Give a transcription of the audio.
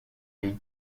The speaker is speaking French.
les